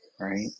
Right